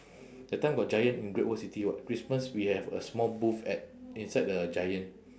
that time got giant in great world city [what] christmas we have a small booth at inside the giant